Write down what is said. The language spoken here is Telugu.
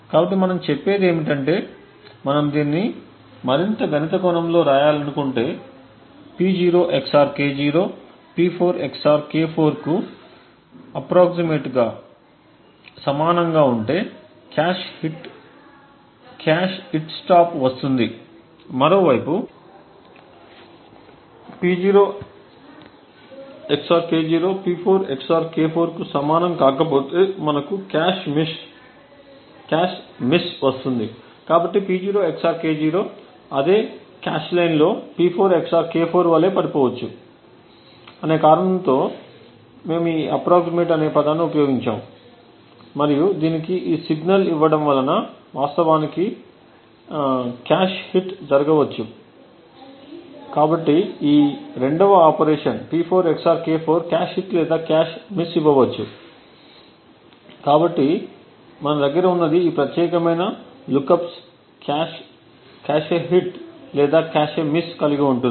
కాబట్టి మనం చెప్పేది ఏమిటంటే మనం దీన్ని మరింత గణిత కోణంలో రాయాలనుకుంటే P0 XOR K0 P4 XOR K4 కు సుమారుగా సమానంగా ఉంటే కాష్ హిట్ స్టాప్ వస్తుంది మరోవైపు P0 XOR K0 P4 XOR K4 కు సమానం కాకపోతే మనకు కాష్ మిస్ వస్తుంది కాబట్టి P0 XOR K0 అదే కాష్ లైన్లో P4 XOR K4 వలె పడిపోవచ్చు అనే కారణంతో మేము ఈ సుమారుగా అనే పదాన్ని ఉపయోగించాము మరియు దీనికి ఈ సిగ్నల్ ఇవ్వటం వలన వాస్తవానికి కాష్ హిట్ జరగవచ్చు కాబట్టి 2 వ operation P4 XOR K4 cache hit లేదా కాష్ మిస్ కావచ్చు కాబట్టి మన దగ్గర ఉన్నది ఈ ప్రత్యేకమైన లుక్ అప్స్ కాష్ హిట్ లేదా కాష్ మిస్ కలిగి ఉంటాయి